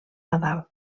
nadal